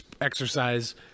exercise